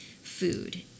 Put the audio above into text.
food